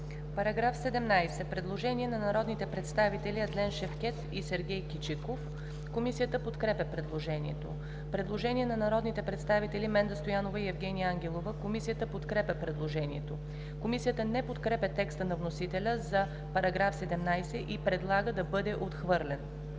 По § 17 има предложение на народните представители Адлен Шевкед и Сергей Кичиков. Комисията подкрепя предложението. Предложение на народните представители Менда Стоянова и Евгения Ангелова. Комисията подкрепя предложението. Комисията не подкрепя текста на вносителя за § 17 и предлага да бъде отхвърлен.